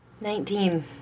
Nineteen